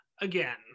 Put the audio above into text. again